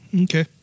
Okay